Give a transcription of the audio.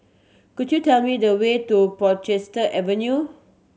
could you tell me the way to Portchester Avenue